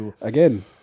Again